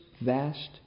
vast